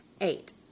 Eight